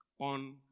on